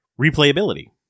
Replayability